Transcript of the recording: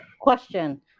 Question